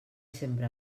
sempre